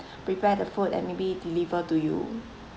prepare the food and maybe deliver to you